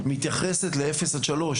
מתייחסת לאפס עד שלוש,